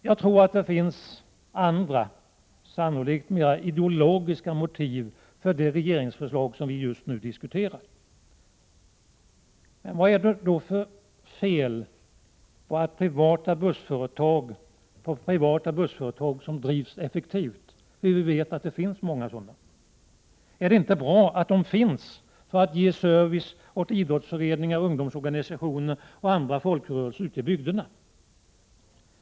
Jag tror att det finns andra, sannolikt mer ideologiskt betingade motiv för det regeringsförslag som vi just nu diskuterar. Vad är det då för fel på privata bussföretag som drivs effektivt? Vi vet ju att det finns många sådana. Är det inte bra att de finns för att ge service åt idrottsföreningar, ungdomsorganisationer och andra folkrörelser ute i bygderna?